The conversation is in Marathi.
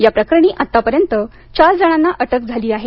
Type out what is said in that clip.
या प्रकरणी आतापर्यंत चार जणांना अटक झाली आहे